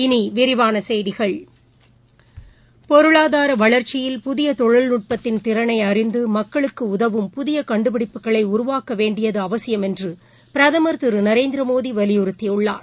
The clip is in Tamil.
இனிவிரிவானசெய்திகள் பொருளாதாரவளர்ச்சியில் புதியதொழில்நுட்பத்தின் திறனைஅறிந்துமக்களுக்குஉதவும் புதியகண்டுபிடிப்புகளைஉருவாக்கவேண்டியதுஅவசியம் என்றுபிரதமர் திருநரேந்திரமோடிவலியுறுத்தியுள்ளார்